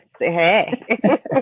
hey